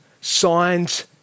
signs